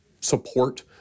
support